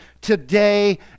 today